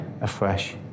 afresh